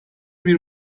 bir